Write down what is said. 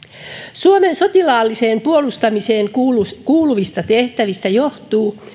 suomen sotilaalliseen puolustamiseen kuuluvista tehtävistä johtuu